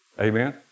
Amen